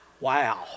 Wow